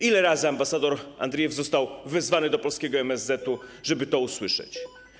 Ile razy ambasador Andriejew został wezwany do polskiego MSZ-etu, żeby to usłyszeć?